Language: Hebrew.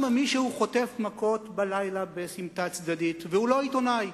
מישהו חוטף מכות בלילה בסמטה צדדית והוא לא עיתונאי,